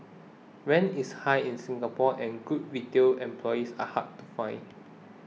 rent is high in Singapore and good retail employees are hard to find